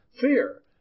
Fear